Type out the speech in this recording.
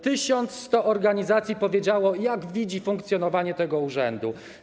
1100 organizacji powiedziało, jak widzi funkcjonowanie tego urzędu.